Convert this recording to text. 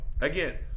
Again